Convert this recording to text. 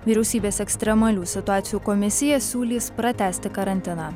vyriausybės ekstremalių situacijų komisija siūlys pratęsti karantiną